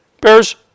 bears